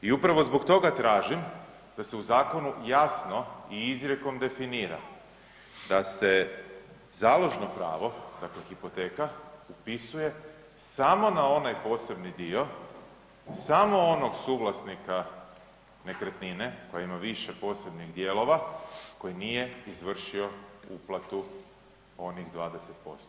I upravo zbog toga tražim da se u zakonu jasno i izrijekom definira da se založno pravo, dakle hipoteka, upisuje samo na onaj posebni dio, samo onog suvlasnika nekretnine koja ima više posebnih dijelova koji nije izvršio uplatu onih 20%